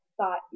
thought